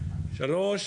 דבר שלישי,